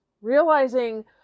Realizing